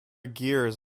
gears